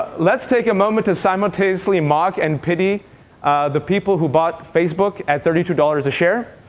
let's take a moment to simultaneously mock and pity the people who bought facebook at thirty two dollars a share.